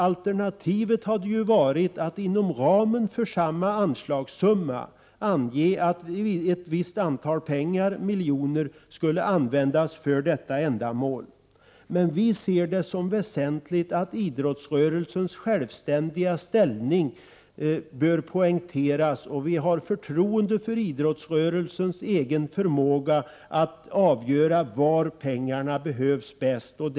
Alternativet hade varit att inom ramen för samma anslag ange att ett visst antal miljoner kronor skulle användas för detta ändamål. Vi ser det som väsentligt att idrottsrörelsens självständiga ställning poängteras. Vi har förtroende för idrottsrörelsens egen förmåga att avgöra var pengarna bäst behövs.